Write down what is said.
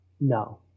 No